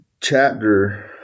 chapter